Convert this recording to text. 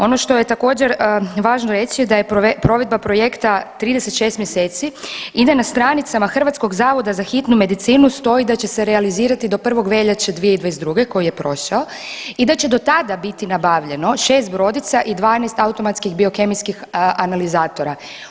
Ono što je također važno reći da je provedba projekta 36 mjeseci i da na stranicama Hrvatskog zavoda za hitnu medicinu stoji da će se realizirati do 1. veljače 2022. koji je prošao i da će do tada biti nabavljeno šest brodica i 12 automatskih biokemijskih analizatora.